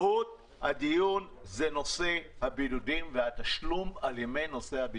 מהות הדיון היא נושא הבידודים והתשלום על ימי הבידוד.